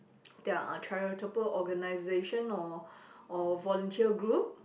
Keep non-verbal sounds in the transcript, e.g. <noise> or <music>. <noise> there are charitable organization or or volunteer group